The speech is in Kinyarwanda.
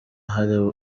hari